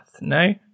No